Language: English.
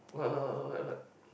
what what what what what